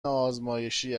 ازمایشی